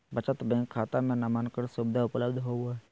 बचत बैंक खाता में नामांकन सुविधा उपलब्ध होबो हइ